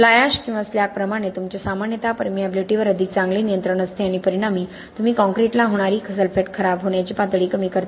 fly ash किंवा slag प्रमाणे तुमचे सामान्यत परमिएबिलिटीवर अधिक चांगले नियंत्रण असते आणि परिणामी तुम्ही काँक्रीटला होणारी सल्फेट खराब होण्याची पातळी कमी करता